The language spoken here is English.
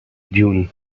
dune